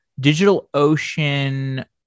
DigitalOcean